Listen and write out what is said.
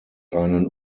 einen